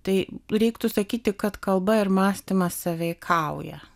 tai reiktų sakyti kad kalba ir mąstymas sąveikauja